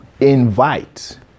invite